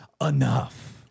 enough